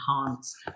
enhance